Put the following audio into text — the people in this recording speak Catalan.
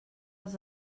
els